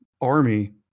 army